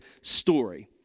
story